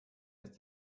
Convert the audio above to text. jetzt